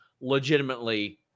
legitimately